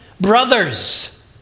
Brothers